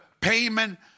payment